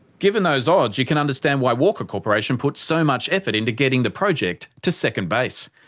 given those odds you can understand why walker corporation put so much effort into getting the project to second base.